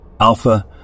Alpha